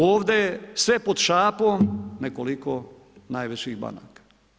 Ovdje je sve pod šapom nekoliko najvećih banaka.